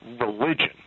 religion